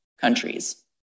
countries